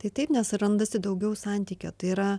tai taip nes randasi daugiau santykio tai yra